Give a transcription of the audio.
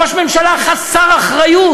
ראש ממשלה חסר אחריות,